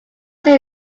till